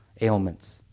ailments